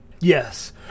yes